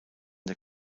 der